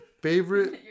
Favorite